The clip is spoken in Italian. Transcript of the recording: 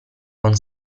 con